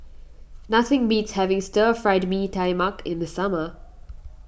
nothing beats having Stir Fried Mee Tai Mak in the summer